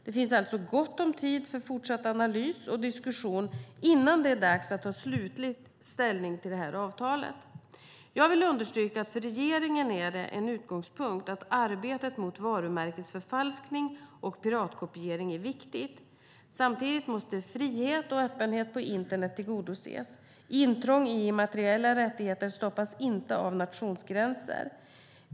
Det finns alltså gott om tid för fortsatt analys och diskussion innan det är dags att slutligt ta ställning till detta avtal. Jag vill understryka att för regeringen är det en utgångspunkt att arbetet mot varumärkesförfalskning och piratkopiering är viktigt. Samtidigt måste frihet och öppenhet på internet tillgodoses. Intrång i immateriella rättigheter stoppas inte av nationsgränser.